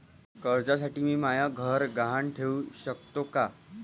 कर्जसाठी मी म्हाय घर गहान ठेवू सकतो का